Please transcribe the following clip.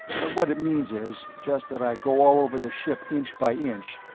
but what it means is just that i go all over the ship inch by inch,